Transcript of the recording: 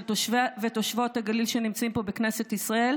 של תושבי ותושבות הגליל שנמצאים פה בכנסת ישראל,